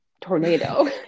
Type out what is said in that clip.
tornado